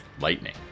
lightning